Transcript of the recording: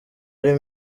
ari